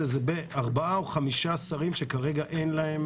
ארבעה או חמישה שרים שכרגע אין להם